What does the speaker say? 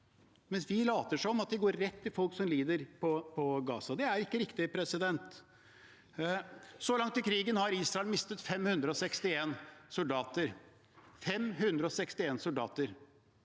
mens vi later som om de går rett til folk som lider på Gaza. Det er ikke riktig. Så langt i krigen har Israel mistet 561 soldater – 561 soldater.